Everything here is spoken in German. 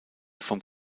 vom